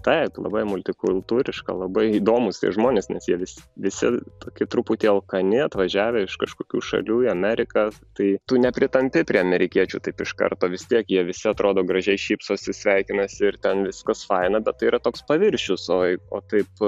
taip labai multikultūriška labai įdomūs tie žmonės nes jie visi visi tokie truputį alkani atvažiavę iš kažkokių šalių į ameriką tai tu nepritampi prie amerikiečių taip iš karto vis tiek jie visi atrodo gražiai šypsosi sveikinasi ir ten viskas faina bet tai yra toks paviršius o o taip